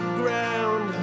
ground